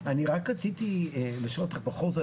רציתי לשאול אותך,